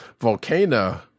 Volcano